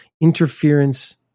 interference